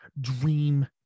dream